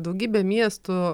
daugybė miestų